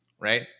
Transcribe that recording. right